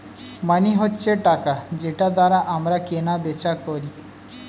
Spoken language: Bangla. মানি হচ্ছে টাকা যেটার দ্বারা আমরা কেনা বেচা করি